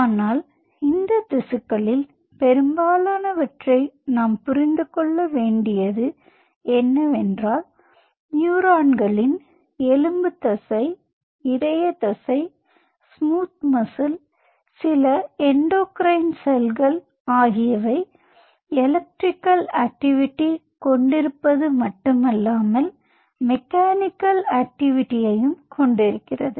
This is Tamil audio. ஆனால் இந்த திசுக்களில் பெரும்பாலானவற்றை நாம் புரிந்து கொள்ள வேண்டியது என்னவென்றால் நியூரான்களின் எலும்பு தசை இதய தசை ஸ்மூத் மசில் சில எண்டோகிரைன் செல்கள் ஆகியவை எலக்ட்ரிகல் ஆக்ட்டிவிட்டி கொண்டிருப்பது மட்டுமல்லாமல் மெக்கானிக்கல் ஆக்ட்டிவிட்டியையும் கொண்டிருக்கிறது